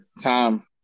Time